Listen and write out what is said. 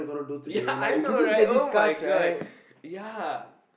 ya I know right [oh]-my-god ya